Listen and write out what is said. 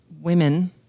women